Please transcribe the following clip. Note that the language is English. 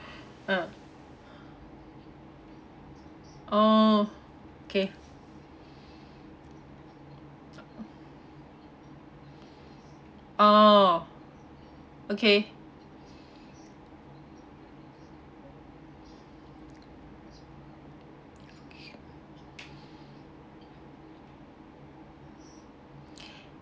ah orh okay orh okay